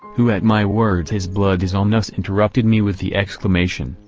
who at my words his blood is on us interrupted me with the exclamation,